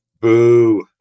Boo